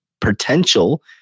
potential